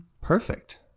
Perfect